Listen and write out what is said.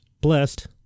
Blessed